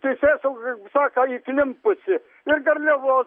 teisėsauga sako įklimpusi ir garliavos